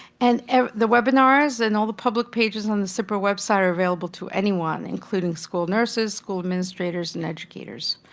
and the webinars and all the public pages on the so cpir website are available to everyone, including school nurses, school administrators and educators,